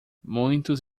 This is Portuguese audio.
muitos